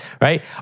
right